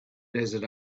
desert